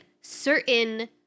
certain